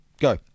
Go